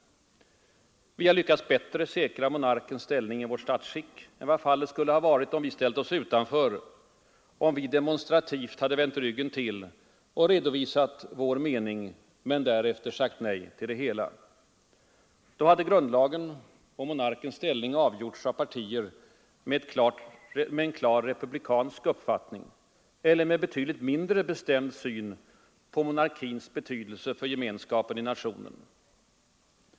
Vi har lyckats bättre säkra monarkens ställning i vårt statsskick än vad fallet skulle ha varit om vi ställt oss utanför, om vi demonstrativt hade vänt ryggen till och redovisat vår mening men därefter sagt nej till det hela. Då hade grundlagen och monarkens ställning avgjorts av partier med en klart republikansk uppfattning eller med betydligt mindre bestämd syn på monarkins betydelse för gemenskapen i nationen.